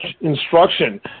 instruction